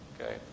okay